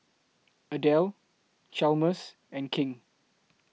Adelle Chalmers and King